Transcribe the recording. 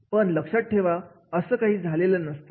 पण लक्षात ठेवा असं काहीच झालेलं नसतं